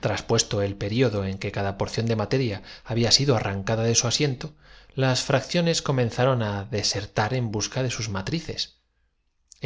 traspuesto el período no más canas en que cada porción de materia había sido arrancada ya somos jóvenes de su asiento las fracciones comenzaron á desertar en viva busca de sus matrices